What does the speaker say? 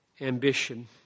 ambition